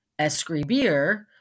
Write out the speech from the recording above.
escribir